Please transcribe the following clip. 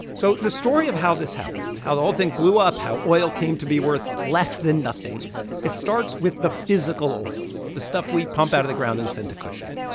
so the story of how this happened, how the whole thing blew up, how oil came to be worth less than nothing it starts with the physical oil, the stuff we pump out of the ground and send to cushing.